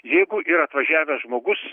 jeigu ir atvažiavęs žmogus